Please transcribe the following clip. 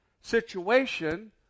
situation